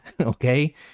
Okay